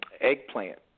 eggplant